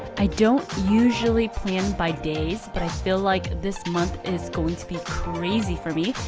i don't usually plan by days, but i feel like this month is going to be crazy for me.